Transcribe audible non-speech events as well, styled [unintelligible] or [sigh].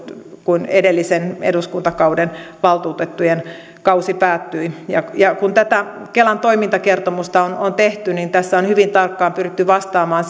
kun edellisen eduskuntakauden valtuutettujen kausi päättyi kun tätä kelan toimintakertomusta on on tehty niin tässä on hyvin tarkkaan pyritty vastaamaan [unintelligible]